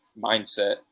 mindset